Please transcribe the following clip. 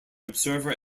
observer